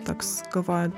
toks galvoju